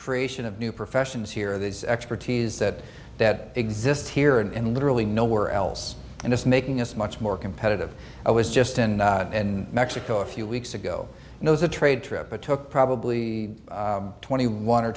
creation of new professions here this expertise that that exists here and literally nowhere else and it's making us much more competitive i was just in mexico a few weeks ago knows a trade trip i took probably twenty one or